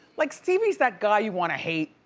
like stevie's that guy you wanna hate.